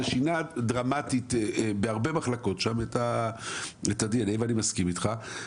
זה שינה דרמטית בהרבה מחלקות את ה-DNA ואני מסכים איתך.